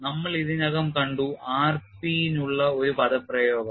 നമ്മൾ ഇതിനകം കണ്ടു r p നുള്ള ഒരു പദപ്രയോഗം